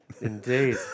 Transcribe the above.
Indeed